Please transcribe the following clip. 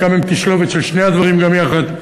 חלקם הם תשלובת של שני הדברים גם יחד.